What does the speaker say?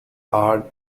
are